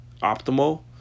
optimal